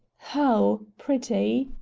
how pretty!